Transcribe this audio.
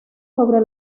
sobre